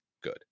Good